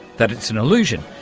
that it's an illusion,